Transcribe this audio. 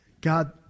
God